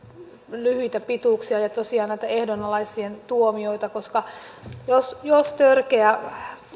lyhyitä pituuksia ja tosiaan näitä ehdonalaisia tuomioita koska jos törkeä